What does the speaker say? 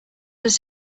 does